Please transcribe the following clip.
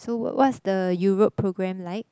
so wha~ what's the Europe program like